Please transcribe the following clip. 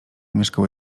mieszkały